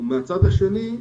ומהצד השני,